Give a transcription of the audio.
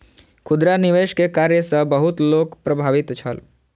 खुदरा निवेश के कार्य सॅ बहुत लोक प्रभावित छल